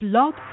Blog